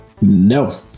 no